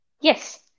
yes